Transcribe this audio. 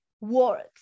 words